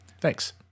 Thanks